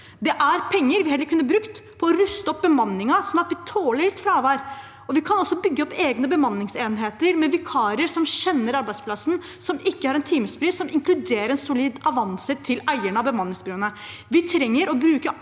Det er penger vi heller kunne brukt til å ruste opp bemanningen, slik at vi tåler litt fravær. Vi kan også bygge opp egne bemanningsenheter med vikarer som kjenner arbeidsplassen, som ikke har en timespris som inkluderer en solid avanse til eierne av bemanningsbyråene.